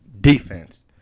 Defense